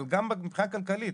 מבחינה כלכלית,